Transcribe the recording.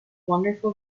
wonderful